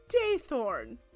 Daythorn